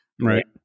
right